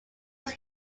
just